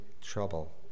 trouble